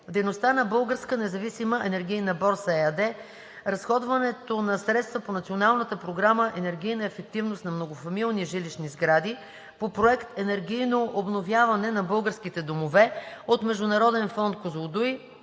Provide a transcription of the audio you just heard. дейността на „Българска независима енергийна борса“ ЕАД; - разходването на средствата по Националната програма „Енергийна ефективност на многофамилни жилищни сгради“, по Проект „Енергийно обновяване на българските домове“, от Международен фонд „Козлодуй“